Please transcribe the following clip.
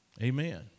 Amen